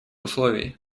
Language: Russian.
условий